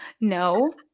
no